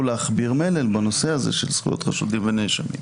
להכביר מלל בנושא הזה של זכויות חשודים ונאשמים.